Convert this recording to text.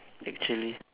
actually